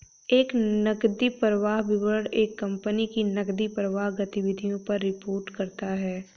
एक नकदी प्रवाह विवरण एक कंपनी की नकदी प्रवाह गतिविधियों पर रिपोर्ट करता हैं